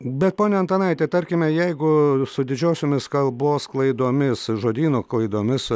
bet pone antanaiti tarkime jeigu su didžiosiomis kalbos klaidomis žodyno klaidomis